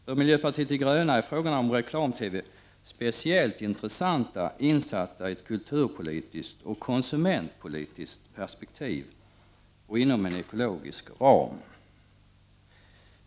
För miljöpartiet de gröna är frågorna om reklam-TV speciellt intressanta insatta i ett kulturpolitiskt och konsumentpolitiskt perspektiv och inom en ekologisk ram.